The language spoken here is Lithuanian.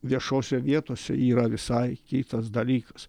viešose vietose yra visai kitas dalykas